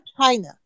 China